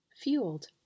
fueled